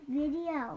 video